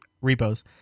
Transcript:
repos